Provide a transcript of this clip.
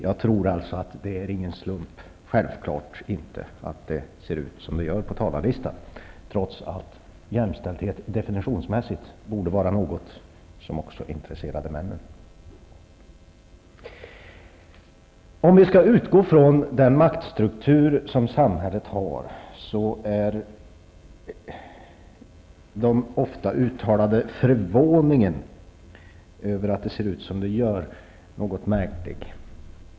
Det är självfallet ingen slump att det ser ut som det gör på talarlistan, trots att jämställdhet definitionsmässigt borde intressera också männen. I den maktstruktur som samhället har är den ofta uttalade förvåningen över att det ser ut som det gör något märklig.